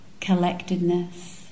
collectedness